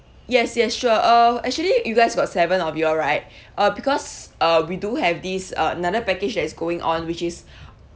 yes yes sure uh actually you guys got seven of y'all right uh because uh we do have this uh another package that is going on which is